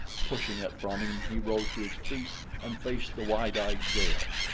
pushing it from him he rose to his feet and faced the wide-eyed girl.